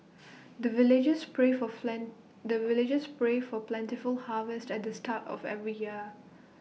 the villagers pray for friend the villagers pray for plentiful harvest at the start of every year